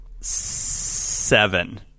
Seven